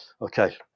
Okay